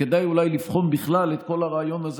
כדאי אולי לבחון בכלל את כל הרעיון הזה